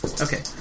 Okay